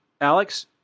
Alex